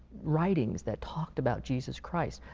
writings that talked about jesus christ.